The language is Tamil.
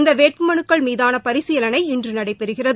இந்தவேட்புமனுக்கள் மீதானபரிசீலனை இன்றுநடைபெறுகிறது